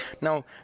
Now